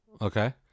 Okay